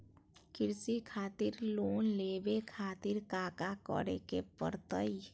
कृषि खातिर लोन लेवे खातिर काका करे की परतई?